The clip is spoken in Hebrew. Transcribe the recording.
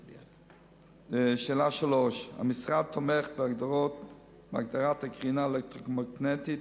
3. המשרד תומך בהגדרת הקרינה האלקטרומגנטית